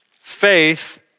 faith